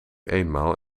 eenmaal